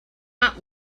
not